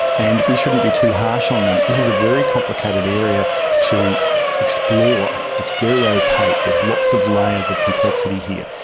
and we shouldn't be too harsh on them. this is a very complicated area to explore. it's very opaque, there's lots of layers of complexity here.